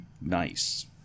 nice